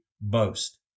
boast